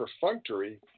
perfunctory